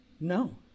No